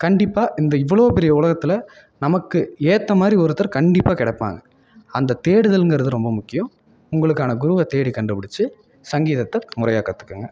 கண்டிப்பாக இந்த இவ்வளோ பெரிய உலகத்தில் நமக்கு ஏற்றமாரி ஒருத்தர் கண்டிப்பாக கிடப்பாங்க அந்த தேடுதல்ங்கிறது ரொம்ப முக்கியம் உங்களுக்கான குருவை தேடி கண்டுபிடிச்சு சங்கீதத்தை முறையாக கற்றுக்கங்க